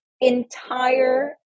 entire